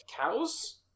cows